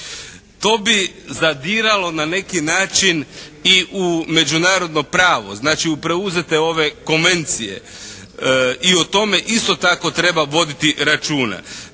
To bi zadiralo na neki način i u međunarodno pravo, znači u preuzete ove konvencije i o tome isto tako treba voditi računa.